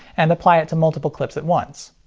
and apply it to multiple clips at once.